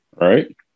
right